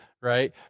right